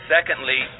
Secondly